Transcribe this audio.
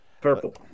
Purple